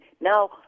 now